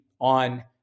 on